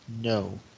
No